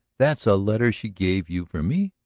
that's a letter she gave you for me?